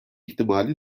ihtimali